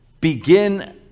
begin